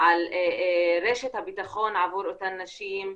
על רשת הביטחון עבור אותן נשים ,